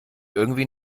irgendwie